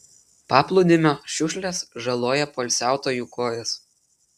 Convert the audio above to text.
paplūdimio šiukšlės žaloja poilsiautojų kojas